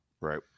right